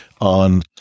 on